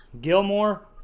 gilmore